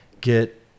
get